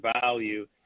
value